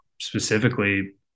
specifically